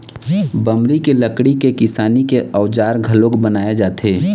बमरी के लकड़ी के किसानी के अउजार घलोक बनाए जाथे